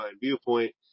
viewpoint